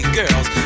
girls